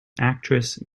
actress